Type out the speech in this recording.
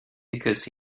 because